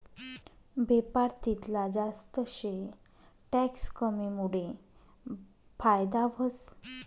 बेपार तितला जास्त शे टैक्स कमीमुडे फायदा व्हस